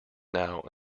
now